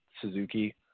Suzuki